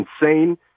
insane